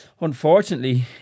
unfortunately